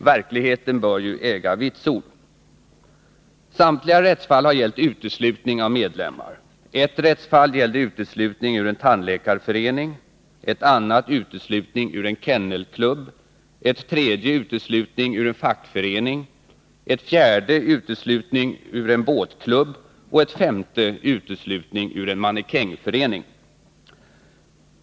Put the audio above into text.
Verkligheten bör ju äga vitsord. Samtliga rättsfall har gällt uteslutning av medlemmar. Ett rättsfall gällde uteslutning ur en tandläkarförening, ett annat uteslutning ur en kennelklubb, ett tredje uteslutning ur en fackförening, ett fjärde uteslutning ur en båtklubb och ett femte uteslutning ur en mannekängförening.